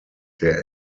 der